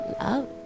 love